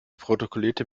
protokollierte